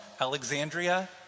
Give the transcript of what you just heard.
Alexandria